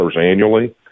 annually